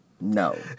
No